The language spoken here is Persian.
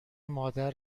مادر